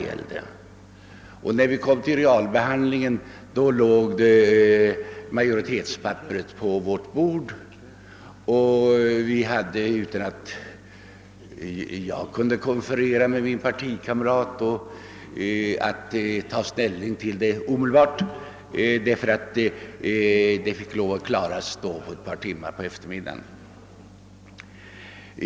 När vi kom fram till realbehandlingen låg majoritetens skrivningsförslag på bordet, och vi hade utan att jag kunde konferera med min partikamrat att ta ställning till det omedelbart eftersom ärendet skulle klaras på ett par timmar under eftermiddagen.